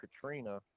katrina